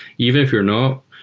even if you're not,